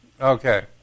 okay